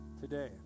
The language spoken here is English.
today